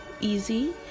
easy